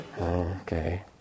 Okay